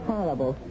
Horrible